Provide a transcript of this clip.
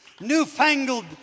newfangled